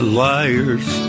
liar's